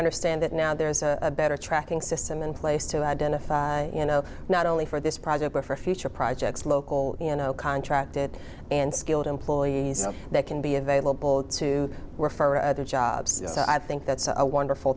understand that now there's a better tracking system in place to identify you know not only for this project but for future projects local you know contracted and skilled employees so they can be available to refer at their jobs so i think that's a wonderful